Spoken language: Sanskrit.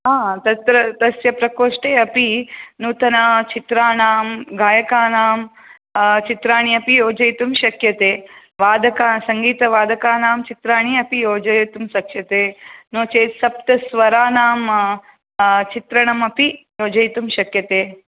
आ तत्र तस्य प्रकोष्ठे अपि नूतनचित्राणां गायकानां चित्राणि अपि योजयितुं शक्यते वादक सङ्गीतवादकानां चित्राणि अपि योजयितुं शक्यते नो चेत् सप्तस्वराणां चित्रणमपि योजयितुं शक्यते